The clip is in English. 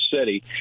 city